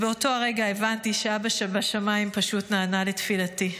באותו רגע הבנתי שאבא שבשמיים פשוט נענה לתפילתי.